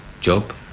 job